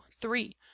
three